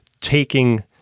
taking